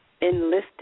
Enlisted